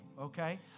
okay